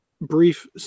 brief